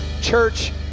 Church